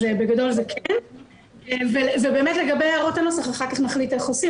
לגבי הנוסח אחר כך נחליט איך עושים,